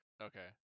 Okay